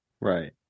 Right